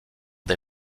des